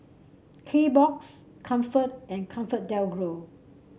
Kbox Comfort and ComfortDelGro